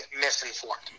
misinformed